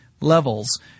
levels